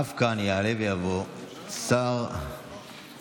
אף כאן יעלה ויבוא להשיב שר המשפטים,